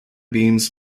beams